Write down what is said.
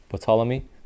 Ptolemy